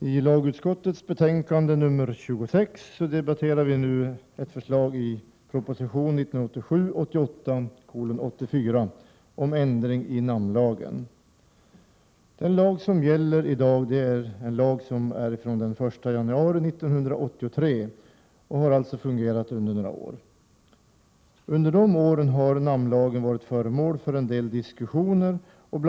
I lagutskottets betänkande nr 26, som vi nu debatterar, behandlas ett förslag i proposition 1987/88:84 om ändring av namnlagen. Den lag som i dag gäller är från den 1 januari 1983 och har alltså fungerat under några år. Under de åren har namnlagen varit föremål för en del diskussioner. Bl.